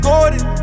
Gordon